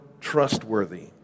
trustworthy